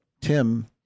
Tim